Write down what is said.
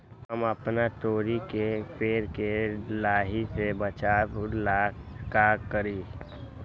हम अपना तोरी के पेड़ के लाही से बचाव ला का करी?